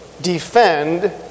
defend